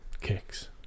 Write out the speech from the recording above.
kicks